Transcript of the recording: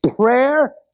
prayer